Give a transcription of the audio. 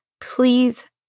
please